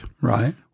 Right